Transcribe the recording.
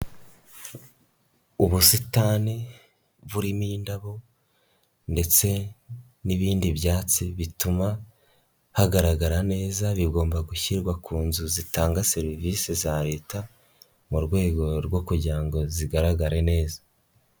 Ubusitani burimo indabo ndetse n'ibindi byatsi bituma hagaragara neza, bigomba gushyirwa ku nzu zitanga serivisi za Leta mu rwego rwo kugira ngo zigaragare neza.